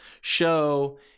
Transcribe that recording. show